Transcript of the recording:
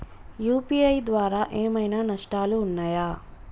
UPI ద్వారా ఏమైనా నష్టాలు ఉన్నయా?